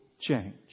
change